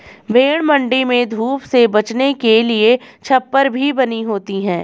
भेंड़ मण्डी में धूप से बचने के लिए छप्पर भी बनी होती है